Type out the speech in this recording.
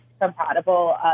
compatible